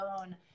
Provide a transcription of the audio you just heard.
own